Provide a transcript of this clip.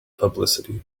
publicity